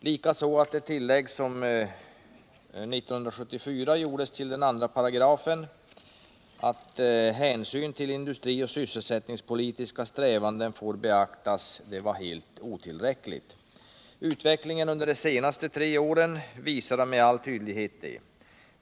Lika klart är att det tillägg som 1974 gjordes till 2 §— att hänsyn till industri och sysselsättningspolitiska strävanden får beaktas — var helt otillräckligt. Utvecklingen under de senaste tre åren visar med all tydlighet detta.